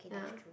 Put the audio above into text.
ya